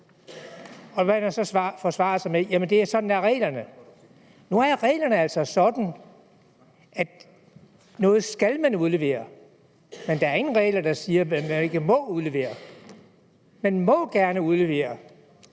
Og hver gang forsvarer man sig med, at sådan er reglerne. Nu er reglerne altså sådan, at noget skal man udlevere, men der er ingen regler, der siger, hvad man ikke må udlevere. Man må gerne udlevere